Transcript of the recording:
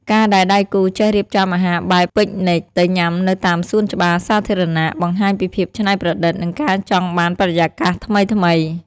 ការដែលដៃគូចេះរៀបចំអាហារបែប Picnic ទៅញ៉ាំនៅតាមសួនច្បារសាធារណៈ បង្ហាញពីភាពច្នៃប្រឌិត និងការចង់បានបរិយាកាសថ្មីៗ។